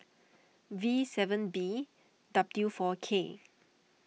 V seven B W four K